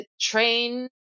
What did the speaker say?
train